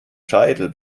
scheitel